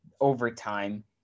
overtime